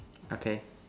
okay